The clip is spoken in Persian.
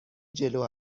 جلو